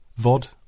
Vod